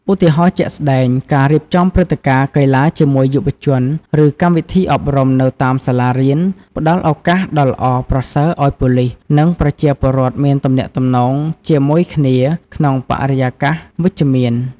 ឧទាហរណ៍ជាក់ស្ដែង ការរៀបចំព្រឹត្តិការណ៍ កីឡាជាមួយយុវជន ឬ កម្មវិធីអប់រំនៅតាមសាលារៀន ផ្តល់ឱកាសដ៏ល្អប្រសើរឲ្យប៉ូលីស និងប្រជាពលរដ្ឋមានទំនាក់ទំនងជាមួយគ្នាក្នុងបរិយាកាសវិជ្ជមាន។